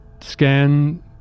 scan